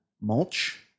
mulch